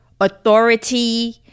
authority